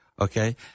okay